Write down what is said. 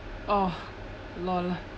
oh LOL